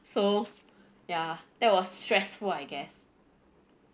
so ya that was stressful I guess